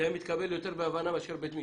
זה היה מתקבל יותר בהבנה מאשר בית משפט.